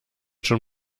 schon